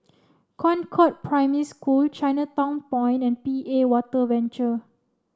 Concord Primary School Chinatown Point and P A Water Venture